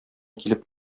килеп